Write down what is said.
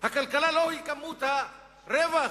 הכלכלה היא לא כמות הרווח,